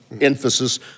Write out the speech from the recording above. emphasis